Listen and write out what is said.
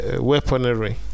weaponry